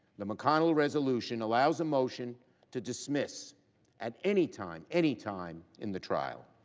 the mcconnell resolution allows the motion to dismiss at any time, any time, in the trial.